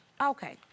Okay